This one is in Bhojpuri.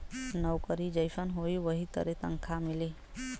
नउकरी जइसन होई वही तरे तनखा मिली